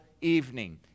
evening